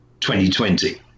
2020